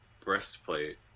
breastplate